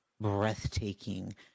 breathtaking